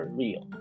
real